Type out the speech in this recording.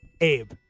Abe